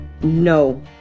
No